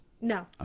No